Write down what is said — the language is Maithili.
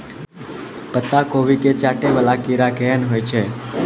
पत्ता कोबी केँ चाटय वला कीड़ा केहन होइ छै?